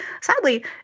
sadly